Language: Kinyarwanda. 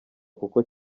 kuko